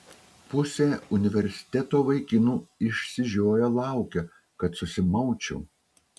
pusė universiteto vaikinų išsižioję laukia kad susimaučiau